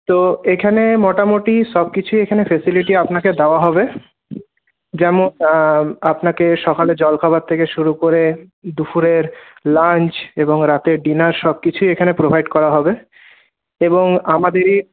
তো এখানে মোটামোটি সবকিছুই এখানে ফেসিলিটি আপনাকে দেওয়া হবে যেমন আপনাকে সকালে জলখাবার থেকে শুরু করে দুপুরের লাঞ্চ এবং রাতের ডিনার সবকিছুই এখানে প্রোভাইড করা হবে এবং আমাদেরই